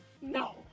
no